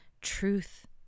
truth